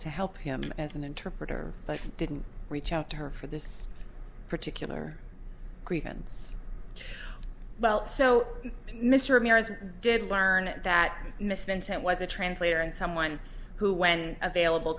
to help him as an interpreter but didn't reach out to her for this particular grievance well so mr ramirez did learn that miss vincent was a translator and someone who when available